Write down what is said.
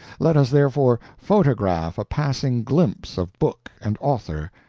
let us, therefore, photograph a passing glimpse of book and author,